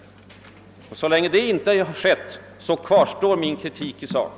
Så länge detta inte skett kvarstår min kritik i sak.